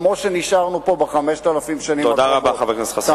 כמו שנשארנו פה ב-5,000 השנים האחרונות.